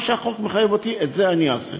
מה שהחוק מחייב אותי, את זה אני אעשה.